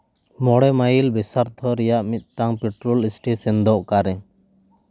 ᱢᱚᱬᱮ ᱢᱟᱭᱤᱞ ᱵᱮᱥᱟᱨᱫᱷ ᱨᱮᱭᱟᱜ ᱢᱤᱫᱴᱟᱝ ᱯᱮᱴᱨᱳᱞ ᱥᱴᱮᱥᱚᱱ ᱫᱚ ᱚᱠᱟᱨᱮ